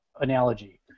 analogy